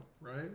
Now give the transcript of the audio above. right